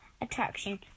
attraction